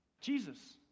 Jesus